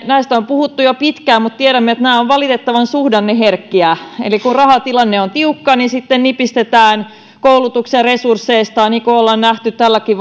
näistä on puhuttu jo pitkään mutta valitettavasti tiedämme että nämä ovat valitettavan suhdanneherkkiä eli kun rahatilanne on tiukka nipistetään koulutuksen resursseista niin kuin on nähty tälläkin